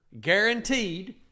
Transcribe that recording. guaranteed